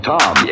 Tom